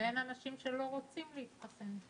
לבין אנשים שלא רוצים להתחסן?